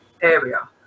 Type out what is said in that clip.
area